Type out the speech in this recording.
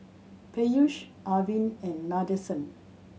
Peyush Arvind and Nadesan